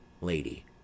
Lady